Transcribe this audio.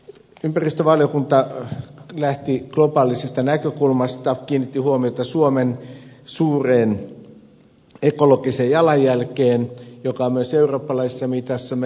ympäristövaliokunta lähti globaalista näkökulmasta kiinnitti huomiota suomen suureen ekologiseen jalanjälkeen joka on myös eurooppalaisessa mitassa melkoinen